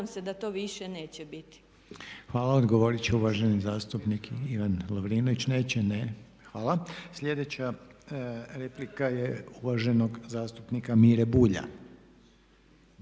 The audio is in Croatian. **Reiner, Željko (HDZ)** Hvala. Odgovoriti će uvaženi zastupnik Ivan Lovrinović. Neće, ne. Hvala. Sljedeća replika je uvaženog zastupnika Mire Bulja.